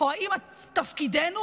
אבל חובת הממשלה שלי,